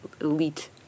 elite